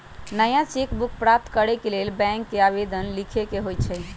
नया cheque book प्राप्त करेके लेल बैंक के आवेदन लीखे के होइ छइ